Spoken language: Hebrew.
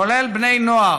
כולל בני נוער,